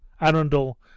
Arundel